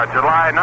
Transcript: July